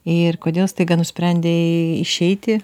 ir kodėl staiga nusprendei išeiti